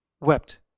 wept